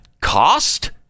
cost